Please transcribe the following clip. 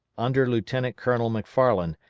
under lieutenant colonel mcfarland,